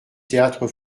théâtre